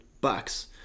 bucks